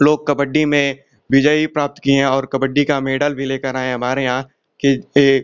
लोग कबड्डी में विजयी प्राप्त किए हैं और कबड्डी का मेडल भी लेकर आएँ हैं हमारे यहाँ के एक